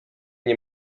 nie